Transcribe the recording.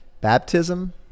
baptism